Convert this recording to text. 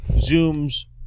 Zoom's